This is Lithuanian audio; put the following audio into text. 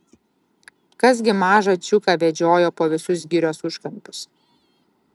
kas gi mažą čiuką vedžiojo po visus girios užkampius